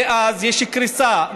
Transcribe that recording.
ואז יש קריסה.